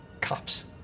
cops